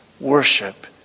worship